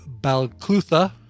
Balclutha